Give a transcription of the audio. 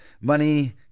money